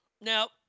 Now